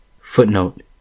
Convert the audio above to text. Footnote